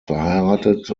verheiratet